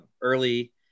early